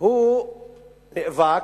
הוא נאבק,